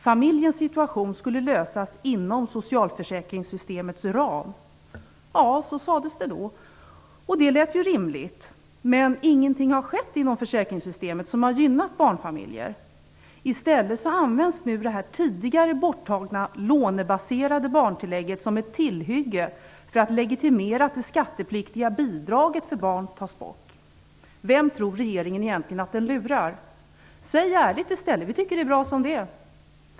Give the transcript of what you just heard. Familjens situation skulle lösas inom socialförsäkringssystemets ram. Ja, så sades det då, och det lät ju rimligt. Men ingenting har skett inom försäkringssystemet som har gynnat barnfamiljer. I stället används nu det tidigare borttagna, lånebaserade barntillägget som ett tillhygge för att legitimera att det skattepliktiga bidraget för barn tas bort. Vem tror regeringen egentligen att den lurar? Säg ärligt i stället: Vi tycker att det är bra som det är.